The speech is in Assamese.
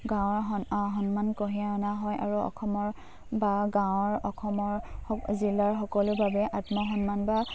গাঁৱৰ সন্মান কঢ়িয়াই অনা হয় আৰু অসমৰ বা গাঁৱৰ অসমৰ জিলাৰ সকলোৰে বাবে আত্মসন্মান বা